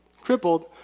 crippled